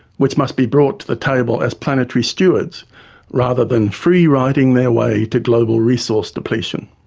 which must be brought to the table as planetary stewards rather than free-riding their way to global resource depletion.